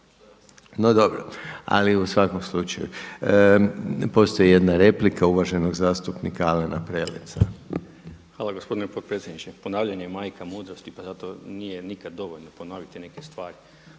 No, dobro. Ali u svakom slučaju … Postoji jedna replika uvaženog zastupnika Alena Preleca. **Prelec, Alen (SDP)** Hvala gospodine potpredsjedniče. Ponavljanje je majka mudrosti, pa zato nikad nije dovoljno ponoviti neke stvari.